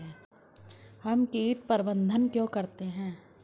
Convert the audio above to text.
हम कीट प्रबंधन क्यों करते हैं?